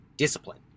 discipline